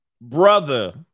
Brother